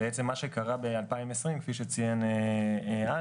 בעצם מה שקרה ב-2020 כפי שציין אלכס,